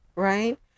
Right